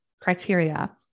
criteria